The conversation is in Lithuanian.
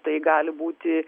tai gali būti